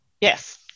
yes